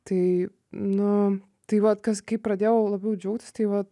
tai nu tai vat kas kai pradėjau labiau džiaugtis tai va